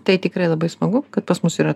tai tikrai labai smagu kad pas mus yra